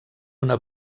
una